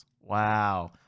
Wow